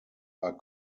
are